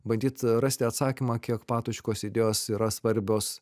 bandyt rasti atsakymą kiek patočkos idėjos yra svarbios